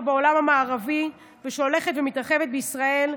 בעולם המערבי ושהולכת ומתרחבת בישראל,